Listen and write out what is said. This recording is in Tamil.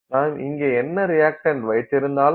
நாம் இங்கே என்ன ரியக்டண்ட் வைத்திருந்தாலும்